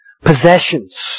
possessions